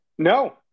No